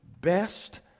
best